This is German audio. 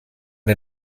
der